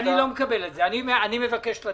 אנחנו מברכים את